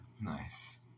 Nice